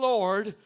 Lord